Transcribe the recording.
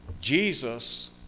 Jesus